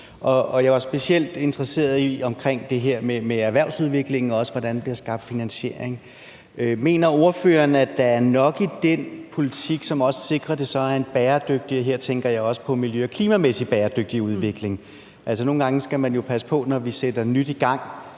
og jeg var specielt interesseret i det her med erhvervsudviklingen og også, hvordan der bliver skabt finansiering. Mener ordføreren, at der er nok i den politik, som også sikrer, at det så er en bæredygtig – og her tænker jeg også på det miljø- og klimamæssige – udvikling? Altså, nogle gange skal man jo passe på, når man sætter noget nyt i gang,